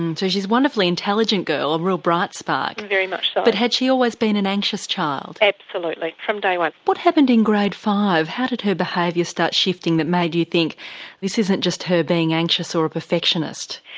and so she's a wonderfully intelligent girl, a real bright spark. very much so. but had she always been an anxious child? absolutely, from day one. what happened in grade five, how did her behaviour start shifting that made you think this isn't just her being anxious or a perfectionist?